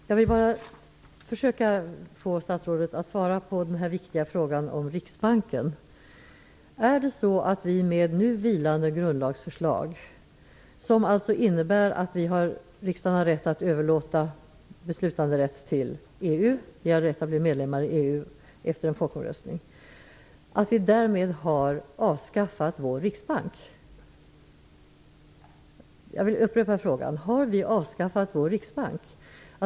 Herr talman! Jag vill försöka få statsrådet att svara på den viktiga frågan om Riksbanken. Det nu vilande grundlagsförslaget innebär att riksdagen har rätt att överlåta beslutanderätt till EU. Vi har rätt att bli medlem i EU efter en folkomröstning. Har vi därmed avskaffat får riksbank? Jag vill upprepa frågan: Har vi avskaffat vår riksbank?